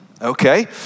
Okay